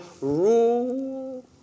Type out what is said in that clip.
rule